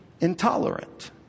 intolerant